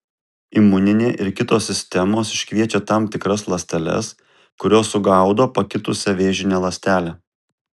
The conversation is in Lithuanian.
imuninė ir kitos sistemos iškviečia tam tikras ląsteles kurios sugaudo pakitusią vėžinę ląstelę